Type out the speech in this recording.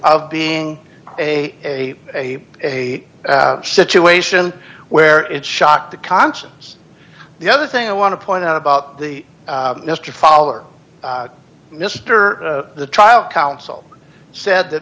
of being a a a a situation where it shocked the conscience the other thing i want to point out about the mr follower mr the trial counsel said that